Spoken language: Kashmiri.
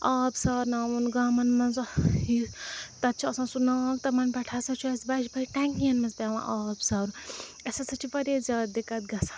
آب سارناوُن گامَن مَنٛز یہِ تَتہِ چھِ آسان سُہ ناگ تِمَن پٮ۪ٹھ ہَسا چھُ اَسہِ بَجہِ بَجہِ ٹٮ۪نٛکِیَن منٛز پٮ۪وان آب سارُن اَسہِ ہَسا چھِ واریاہ زیادٕ دِقت گَژھان